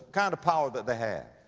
kind of power that they have.